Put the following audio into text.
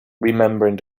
remembering